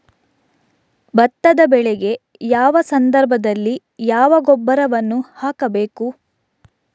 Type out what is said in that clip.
ಭತ್ತದ ಬೆಳೆಗೆ ಯಾವ ಸಂದರ್ಭದಲ್ಲಿ ಯಾವ ಗೊಬ್ಬರವನ್ನು ಹಾಕಬೇಕು?